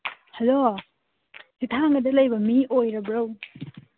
hello ꯁꯤ ꯊꯥꯡꯒꯗ ꯂꯩꯕ ꯃꯤ ꯑꯣꯏꯔꯕ꯭ꯔꯣ